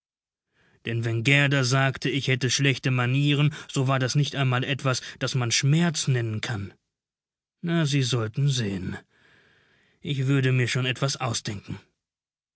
denn wenn gerda sagte ich hätte schlechte manieren so war das nicht einmal etwas das man schmerz nennen kann na sie sollten sehen ich würde mir schon etwas ausdenken